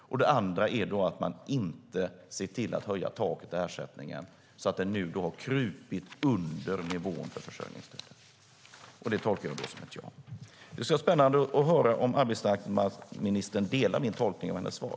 Det andra sättet är att man inte ser till att höja taket i ersättningen, så att det nu har krupit under nivån för försörjningsstöd. Detta tolkar jag som ett ja på frågan. Det ska bli spännande att höra om arbetsmarknadsministern delar min tolkning av hennes svar.